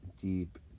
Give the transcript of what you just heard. deep